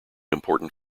important